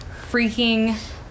freaking